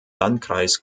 landkreis